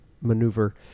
maneuver